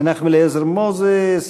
מנחם אליעזר מוזס,